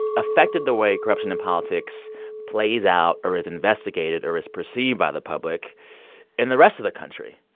affected the way corruption in politics plays out or is investigated or is perceived by the public in the rest of the country?